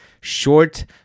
short